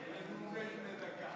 בנאומים בני דקה.